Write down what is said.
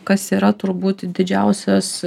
kas yra turbūt didžiausias